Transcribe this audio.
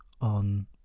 on